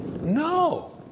No